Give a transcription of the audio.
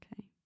Okay